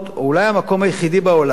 אולי המקום היחיד בעולם,